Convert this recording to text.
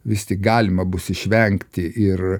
vis tik galima bus išvengti ir